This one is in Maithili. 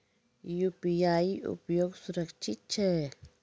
यु.पी.आई उपयोग सुरक्षित छै?